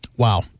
Wow